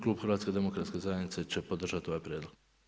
Klub HDZ-a će podržati ovaj prijedlog.